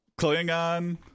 Klingon